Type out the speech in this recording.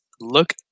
look